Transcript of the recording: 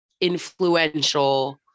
influential